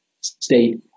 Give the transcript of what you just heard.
state